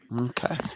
Okay